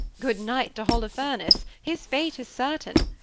good night to holofernes his fate is certain,